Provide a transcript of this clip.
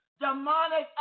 demonic